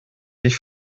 dich